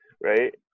right